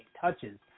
touches